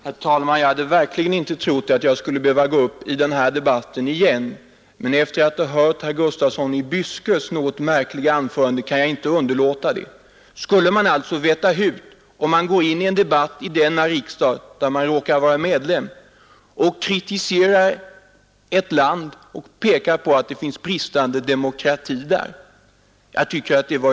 Herr talman! Jag hade verkligen inte trott att jag skulle behöva gå upp i den här debatten igen, men efter att ha hört herr Gustafssons i Byske märkliga anförande kan jag inte underlåta det. Skall man alltså bli ombedd att veta hut, om man deltar i en debatt i denna riksdag, och kritiserar ett land för dess brist på politisk demokrati?